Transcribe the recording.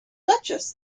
duchess